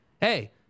Hey